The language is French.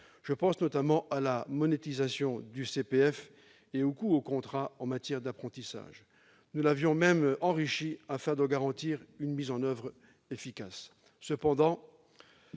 je pense notamment à la monétisation du CPF et au coût du contrat en matière d'apprentissage. Nous avons même enrichi votre texte, afin de garantir une mise en oeuvre efficace.